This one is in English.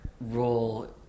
Role